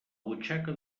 butxaca